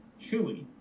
Chewy